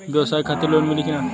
ब्यवसाय खातिर लोन मिली कि ना?